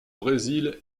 brésil